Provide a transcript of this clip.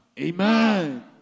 Amen